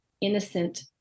innocent